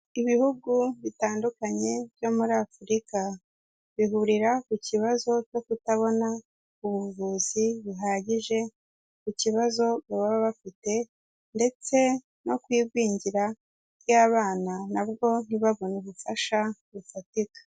Ibihugu bitandukanye byo muri Afurika, bihurira ku kibazo cyo kutabona ubuvuzi buhagije ku kibazo baba bafite ndetse no ku igwingira ry'abana na bwo ntibabone ubufasha bufatika.